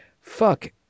fuck